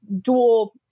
dual